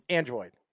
Android